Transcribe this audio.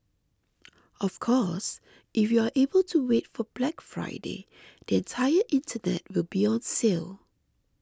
of course if you are able to wait for Black Friday the entire internet will be on sale